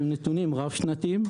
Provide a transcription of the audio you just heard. והם נתונים רב-שנתיים,